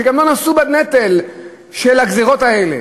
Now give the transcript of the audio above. שגם לא נשאו בנטל של הגזירות האלה,